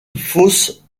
fausse